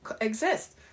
exist